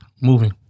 Moving